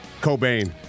Cobain